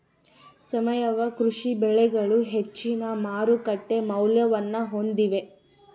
ಸಾವಯವ ಕೃಷಿ ಬೆಳೆಗಳು ಹೆಚ್ಚಿನ ಮಾರುಕಟ್ಟೆ ಮೌಲ್ಯವನ್ನ ಹೊಂದಿವೆ